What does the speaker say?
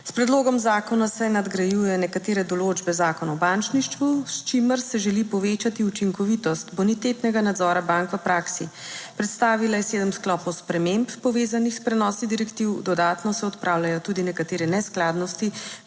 S predlogom zakona se nadgrajuje nekatere določbe Zakona o bančništvu, s čimer se želi povečati učinkovitost bonitetnega nadzora bank v praksi. Predstavila je sedem sklopov sprememb, povezanih s prenosi direktiv, dodatno se odpravljajo tudi nekatere neskladnosti,